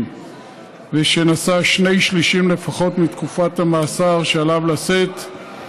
ושנשא שני שלישים לפחות מתקופת המאסר שעליו לשאת,